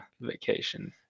vacation